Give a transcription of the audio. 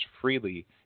freely